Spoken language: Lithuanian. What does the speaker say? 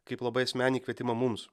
kaip labai asmenį kvietimą mums